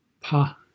Pa